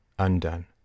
undone